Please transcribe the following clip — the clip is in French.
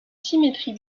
symétrie